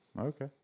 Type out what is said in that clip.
Okay